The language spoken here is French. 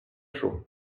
chaud